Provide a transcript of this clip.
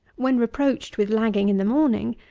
when reproached with lagging in the morning,